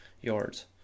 yards